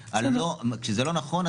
כשזה לא נכון,